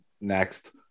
next